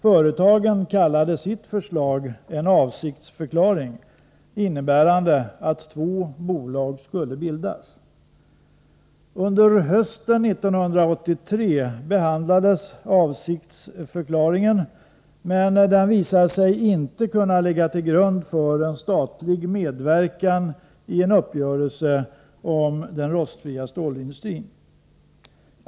Företagen kallade sitt förslag en avsiksförklaring, innebärande att två bolag skulle bildas. Under hösten 1983 behandlades avsiktsförklaringen, men den visade sig inte kunna ligga till grund för en statlig medverkan i en uppgörelse om den rostfria stålindustrin.